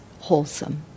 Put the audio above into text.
wholesome